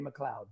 McLeod